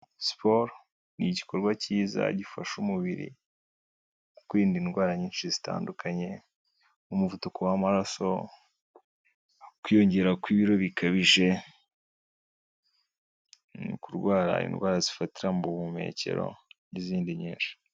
Siporo ni igikorwa cyiza gifasha umubiri kwirinda indwara nyinshi zitandukanye nk'umuvuduko w'amaraso, kwiyongera kw'ibiro bikabije, kurwara indwara zifatira mu buhumekero n'izindi nyinshi.